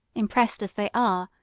impressed, as they are,